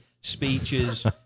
speeches